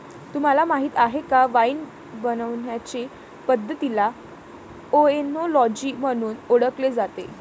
तुम्हाला माहीत आहे का वाइन बनवण्याचे पद्धतीला ओएनोलॉजी म्हणून ओळखले जाते